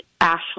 Ashley